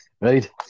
Right